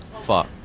Fuck